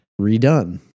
redone